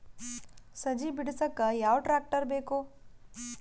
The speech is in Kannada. ಸಜ್ಜಿ ಬಿಡಸಕ ಯಾವ್ ಟ್ರ್ಯಾಕ್ಟರ್ ಬೇಕು?